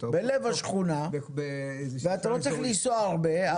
בלב השכונה ואתה לא צריך לנסוע הרבה,